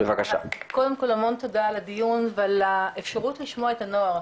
ועל האפשרות לשמוע את הנוער.